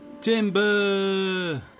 Timber